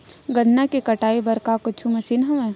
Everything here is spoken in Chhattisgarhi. गन्ना के कटाई बर का कुछु मशीन हवय?